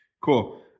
Cool